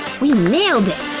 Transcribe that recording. we nailed it!